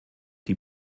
die